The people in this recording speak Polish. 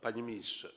Panie Ministrze!